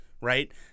Right